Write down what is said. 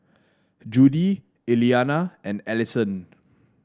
Judy Eliana and Allyson